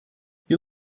you